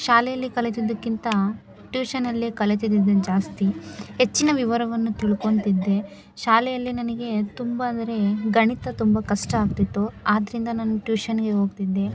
ಶಾಲೆಯಲ್ಲಿ ಕಲಿತಿದ್ದಕ್ಕಿಂತ ಟ್ಯೂಷನಲ್ಲೇ ಕಲಿತಿದ್ದಿದನ್ ಜಾಸ್ತಿ ಹೆಚ್ಚಿನ ವಿವರವನ್ನು ತಿಳ್ಕೊತಿದ್ದೆ ಶಾಲೆಯಲ್ಲಿ ನನಗೆ ತುಂಬ ಅಂದರೆ ಗಣಿತ ತುಂಬ ಕಷ್ಟ ಆಗ್ತಿತ್ತು ಆದ್ದರಿಂದ ನಾನು ಟ್ಯೂಷನ್ಗೆ ಹೋಗ್ತಿದ್ದೆ